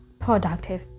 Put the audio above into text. productive